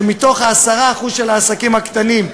שמתוך 10% של העסקים הקטנים,